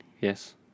Yes